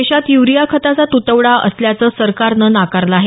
देशात यूरिया खताचा तूटवडा असल्याचं सरकारनं नाकारलं आहे